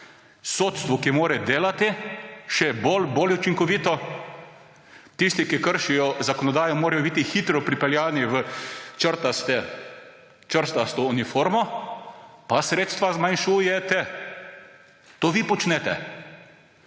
sodstvu, ki mora delati še bolj učinkovito − tisti, ki kršijo zakonodajo, morajo biti hitro pripeljani v črtasto uniformo − pa sredstva zmanjšujete. To vi počnete.